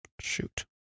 Shoot